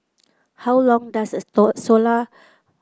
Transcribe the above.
how long does a solar